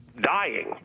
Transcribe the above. Dying